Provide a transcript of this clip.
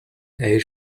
air